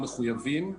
מחויבים,